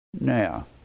Now